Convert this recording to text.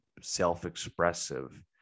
self-expressive